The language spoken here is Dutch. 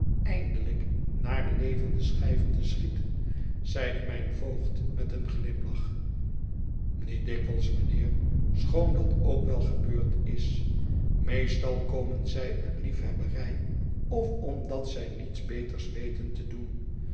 eindelijk naar levende schijven te schieten zeide mijn voogd met een glimlach niet dikwijls mijnheer schoon dat ook wel gebeurd is meestal komen zij uit liefhebberij of omdat zij niets beters weten te doen